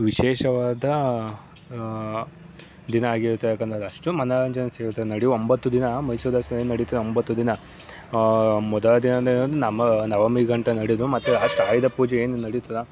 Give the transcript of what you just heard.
ವಿಶೇಷವಾದ ದಿನ ಆಗಿರುತ್ತೆ ಯಾಕೆಂದ್ರೆ ಅದು ಅಷ್ಟು ಮನೋರಂಜನೆ ಸಿಗುತ್ತೆ ನಡೆಯೋ ಒಂಬತ್ತು ದಿನ ಮೈಸೂರು ದಸರಾ ಏನು ನಡಿತದೆ ಒಂಬತ್ತು ದಿನ ಮೊದಲ ದಿನ ನಮ್ಮ ನವಮಿ ಗಂಟೆ ನಡೆದು ಮತ್ತೆ ಲಾಶ್ಟ್ ಆಯುಧ ಪೂಜೆ ಏನು ನಡೆಯುತ್ತಲ್ಲ